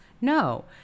No